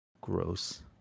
Gross